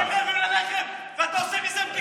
אנשים רעבים ללחם ואתה עושה מזה בדיחה.